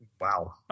Wow